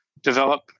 develop